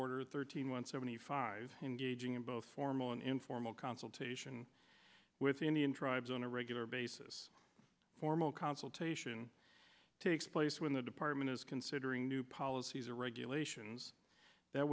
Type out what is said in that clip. order thirteen one seventy five in gauging in both formal and informal consultation with the indian tribes on a regular basis formal consultation takes place when the department is considering new policies or regulations that